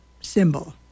symbol